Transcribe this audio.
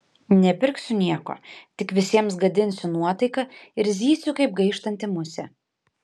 nepirksiu nieko tik visiems gadinsiu nuotaiką ir zysiu kaip gaištanti musė